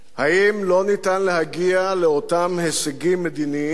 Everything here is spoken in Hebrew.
האם לא ניתן להגיע לאותם הישגים מדיניים